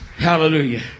Hallelujah